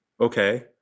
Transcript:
okay